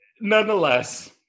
nonetheless